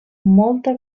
molta